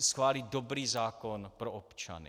schválit dobrý zákon pro občany.